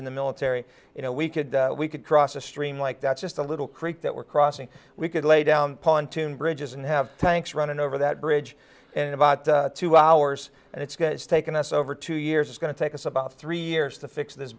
in the military you know we could we could cross a stream like that just a little creek that we're crossing we could lay down pontoon bridges and have tanks running over that bridge in about two hours and it's got it's taken us over two years it's going to take us about three years to fix this